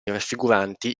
raffiguranti